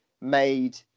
made